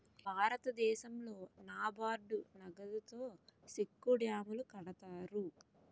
భారతదేశంలో నాబార్డు నగదుతో సెక్కు డ్యాములు కడతారు